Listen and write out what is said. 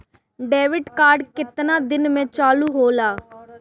Debit card केतना दिन में चालु होला?